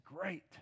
great